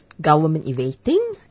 government-evading